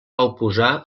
oposar